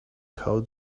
how